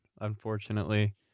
Unfortunately